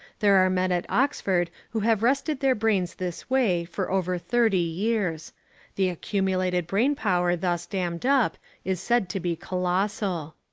there are men at oxford who have rested their brains this way for over thirty years the accumulated brain power thus dammed up is said to be colossal.